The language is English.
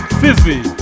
fizzy